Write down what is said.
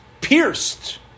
pierced